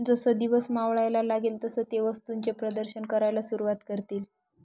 जसा दिवस मावळायला लागेल तसे ते वस्तूंचे प्रदर्शन करायला सुरुवात करतील